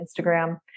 Instagram